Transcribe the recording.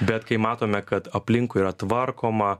bet kai matome kad aplinkui yra tvarkoma